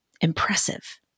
impressive